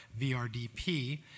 VRDP